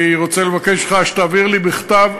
אני רוצה לבקש ממך שתעביר לי בכתב,